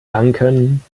danken